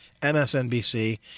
MSNBC